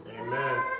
Amen